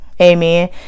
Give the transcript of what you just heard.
Amen